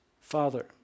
father